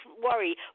worry